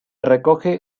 recoge